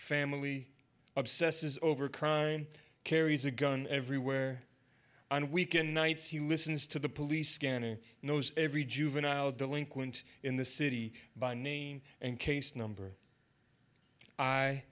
family obsesses over crime carries a gun everywhere on weekend nights he listens to the police scanner knows every juvenile delinquent in the city by name and case number i